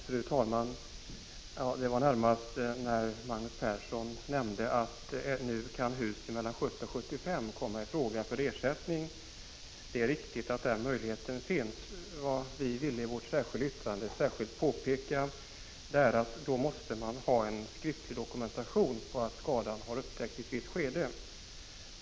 Fru talman! Magnus Persson nämnde att hus byggda mellan 1970 och 1975 ännu kan komma i fråga för ersättning. Det är riktigt att den möjligheten finns. Vad vi i vårt särskilda yttrande speciellt ville påpeka var att man då måste ha en skriftlig dokumentation på att skadan har upptäckts i ett visst skede.